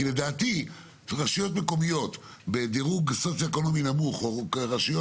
כי לדעתי רשויות מקומיות בדירוג סוציו-אקונומי נמוך או רשויות